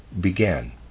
began